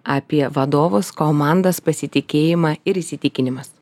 apie vadovus komandas pasitikėjimą ir įsitikinimus